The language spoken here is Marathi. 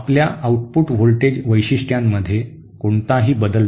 आपल्या आउटपुट व्होल्टेज वैशिष्ट्यांमध्ये कोणताही बदल नाही